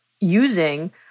using